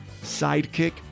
Sidekick